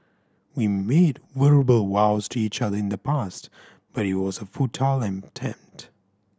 we made verbal vows to each other in the past but it was a futile attempt